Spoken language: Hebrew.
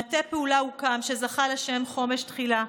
מטה פעולה הוקם, וזכה לשם חומש תחילה.